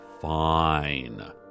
fine